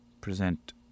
present